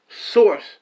source